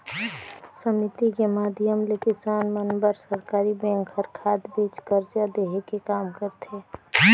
समिति के माधियम ले किसान मन बर सरकरी बेंक हर खाद, बीज, करजा देहे के काम करथे